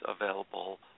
available